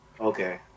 Okay